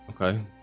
Okay